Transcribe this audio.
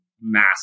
massive